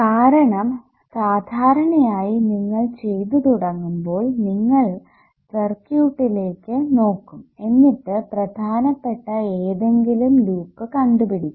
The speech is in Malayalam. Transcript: കാരണം സാധാരണയായി നിങ്ങൾ ചെയ്തു തുടങ്ങുമ്പോൾ നിങ്ങൾ സർക്യൂട്ടിലേക്ക് നോക്കും എന്നിട്ട് പ്രധാനപ്പെട്ട ഏതെങ്കിലും ലൂപ്പ് കണ്ടുപിടിക്കും